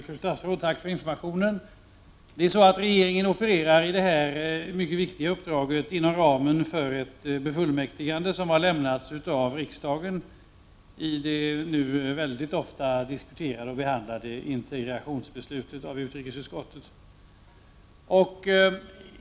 Herr talman! Tack för informationen, fru statsråd. Regeringen opererar i det här mycket viktiga uppdraget inom ramen för ett befullmäktigande som har lämnats av riksdagen genom det nu så ofta diskuterade och behandlade integrationsbeslutet från utrikesutskottet.